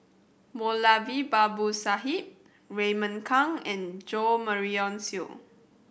Moulavi Babu Sahib Raymond Kang and Jo Marion Seow